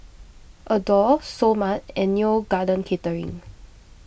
Adore Seoul Mart and Neo Garden Catering